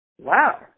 Wow